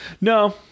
no